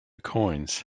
coins